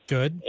Good